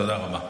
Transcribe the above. תודה רבה.